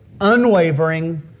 unwavering